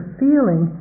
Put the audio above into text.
feeling